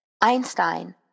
Einstein